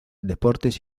deportes